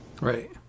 right